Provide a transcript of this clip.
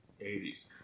80s